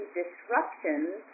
disruptions